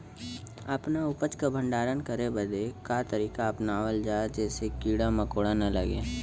अपना उपज क भंडारन करे बदे का तरीका अपनावल जा जेसे कीड़ा मकोड़ा न लगें?